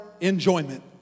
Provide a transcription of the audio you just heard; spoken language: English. enjoyment